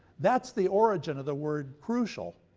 that's the origin of the word crucial,